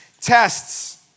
tests